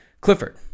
Clifford